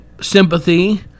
sympathy